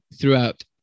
throughout